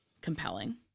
compelling